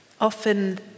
often